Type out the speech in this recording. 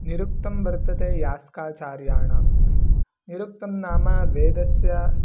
निरुक्तं वर्तते यास्काचार्याणां निरुक्तं नाम वेदस्य